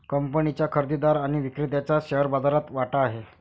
कंपनीच्या खरेदीदार आणि विक्रेत्याचा शेअर बाजारात वाटा आहे